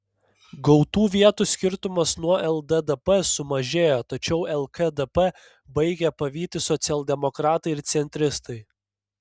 gautų vietų skirtumas nuo lddp sumažėjo tačiau lkdp baigia pavyti socialdemokratai ir centristai